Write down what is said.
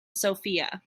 sofia